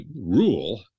rule